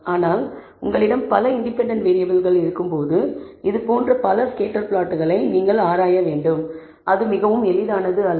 ஆனால் உங்களிடம் பல இன்டெபென்டென்ட் வேறியபிள்கள் இருக்கும்போது இதுபோன்ற பல ஸ்கேட்டர் பிளாட்ஸ்களை நீங்கள் ஆராய வேண்டும் அது மிகவும் எளிதானது அல்ல